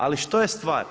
Ali što je stvar.